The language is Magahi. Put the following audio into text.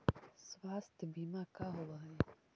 स्वास्थ्य बीमा का होव हइ?